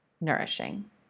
nourishing